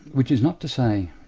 which is not to say,